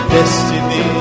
Destiny